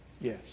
Yes